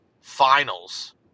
finals